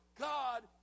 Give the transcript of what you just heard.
God